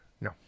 No